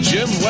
Jim